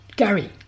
Gary